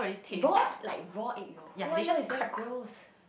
raw like raw egg yolk raw egg yolk is damn gross